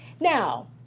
Now